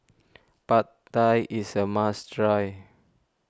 Pad Thai is a must try